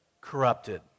Corrupted